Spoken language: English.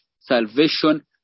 salvation